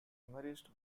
humorist